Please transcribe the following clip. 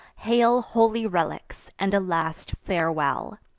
hail, holy relics! and a last farewell!